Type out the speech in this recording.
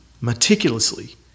meticulously